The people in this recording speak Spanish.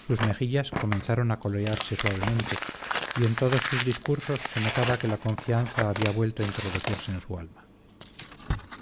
sus mejillas comenzaron a colorearse suavemente y en todos sus discursos se notaba que la confianza había vuelto a introducirse en su alma